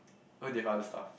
oh they have other stuff